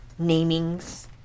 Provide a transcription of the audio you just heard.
namings